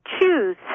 choose